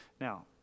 Now